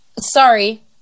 Sorry